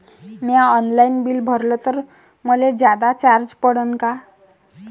म्या online bill भरलं तर मले जादा चार्ज पडन का?